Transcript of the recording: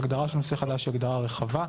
ההגדרה של נושא חדש היא הגדרה רחבה.